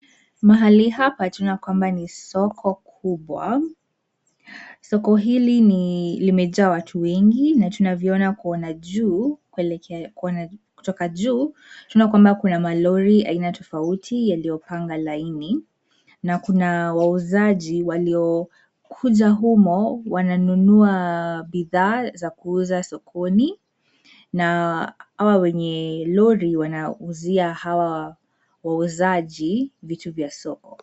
Mahali hapa tunaona kwamba ni soko kubwa. Soko hili limejaa watu wengi na tunavyoona kutoka juu, tunaona kwamba kuna malori aina tofauti yaliyopanga laini, na kuna wauzaji waliokuja humo wananunua bidhaa za kuuza sokoni, na hawa wenye lori wanauzia hawa wauzaji vitu vya soko.